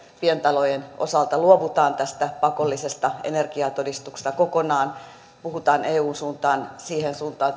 pientalojen osalta luovutaan tästä pakollisesta energiatodistuksesta kokonaan puhutaan eu suuntaan siihen suuntaan